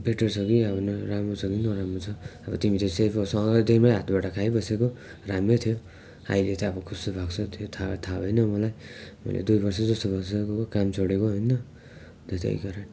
better छ कि अब राम्रो छ कि नराम्रो छ तिमी त सेफ हो तिम्रै हातबाट खाइबसेको राम्रै थियो अहिले त अब कस्तो भएको छ त्यो थाहा थाहा भएन मलाई दुई वर्ष जस्तो भइसक्यो हो काम छोडेको होइन त्यही कारण